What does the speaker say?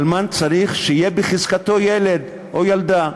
אלמן צריך שיהיה בחזקתו ילד או ילדה.